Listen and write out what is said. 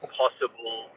possible